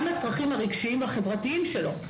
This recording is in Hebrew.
לצרכים הרגשיים והחברתיים של הילדים.